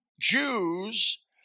Jews